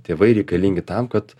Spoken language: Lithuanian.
tėvai reikalingi tam kad